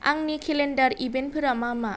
आंनि केलेन्डार इभेन्टफोरा मा मा